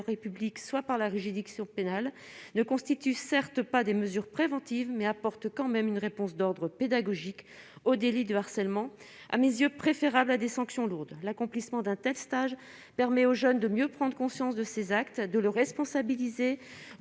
République, soit par la rigidité sur pénale ne constitue certes pas des mesures préventives mais apporte quand même une réponse d'ordre pédagogique aux délits de harcèlement à mes yeux préférable à des sanctions lourdes l'accomplissement d'un texte stage permet aux jeunes de mieux prendre conscience de ses actes de le responsabiliser,